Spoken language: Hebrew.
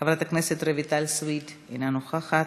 חבר הכנסת מנחם אליעזר מוזס, אינו נוכח,